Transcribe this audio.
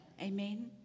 Amen